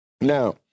Now